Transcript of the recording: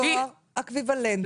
תואר אקוויוולנטי.